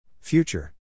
Future